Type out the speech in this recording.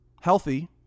healthy